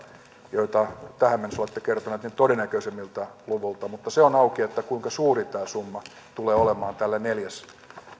joita tähän mennessä olette kertoneet todennäköisimmältä luvulta mutta se on auki kuinka suuri tämä summa tulee olemaan tälle neljäsosalle